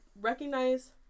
recognize